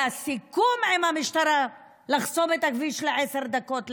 היה סיכום עם המשטרה לחסום את הכביש לעשר דקות,